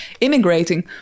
immigrating